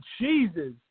Jesus